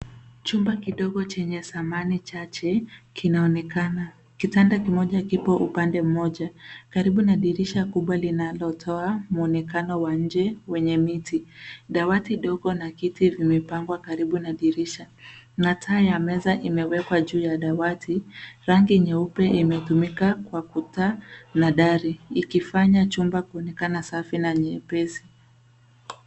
Chumba kidogo chenye samani chache kinaonekana. Kitanda kimoja kipo upande mmoja karibu na dirisha kubwa linalotoa mwonekano wa nje wenye miti. Dawati ndogo na kiti vimepangwa karibu na dirisha, na taa ya meza imewekwa juu ya dawati. Rangi nyeupe imetumika kwa kuta na dari ikifanya chumba kuonekana safi na nyepesi.